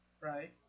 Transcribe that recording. Right